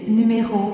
numéro